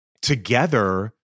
together